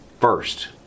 First